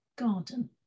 garden